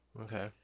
Okay